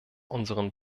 unseren